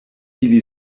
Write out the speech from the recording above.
ili